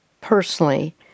personally